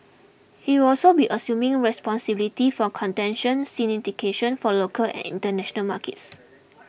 he will also be assuming responsibility for contention syndication for local and international markets